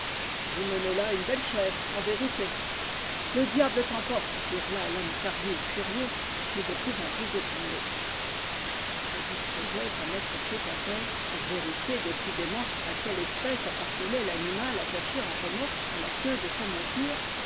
vous menez là une belle chèvre en vérité le diable t'emporte hurla lomm kariou furieux mais de plus en plus ébranlé il se disposait à mettre pied à terre pour vérifier décidé ment à quelle espèce appartenait l'animal attaché en remor que à la queue de sa monture